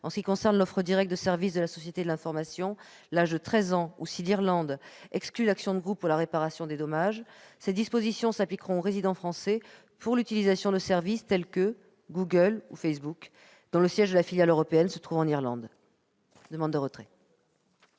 en ce qui concerne l'offre directe de services de la société de l'information, l'âge de treize ans, ou si elle exclut l'action de groupe pour la réparation des dommages, ces dispositions s'appliqueront aux résidents français pour l'utilisation de services tels que Google ou Facebook, dont le siège des filiales européennes se trouve en Irlande. Quel est